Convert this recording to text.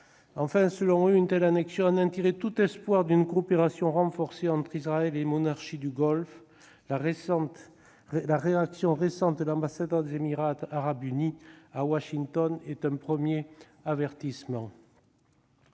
Enfin, selon eux, une telle annexion anéantirait tout espoir d'une coopération renforcée entre Israël et les monarchies du Golfe. La réaction récente de l'ambassadeur des Émirats arabes unis à Washington est un premier avertissement.